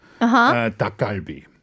takalbi